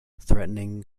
threatening